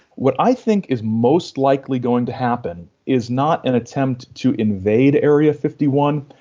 what i think is most likely going to happen is not an attempt to invade area fifty one,